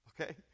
Okay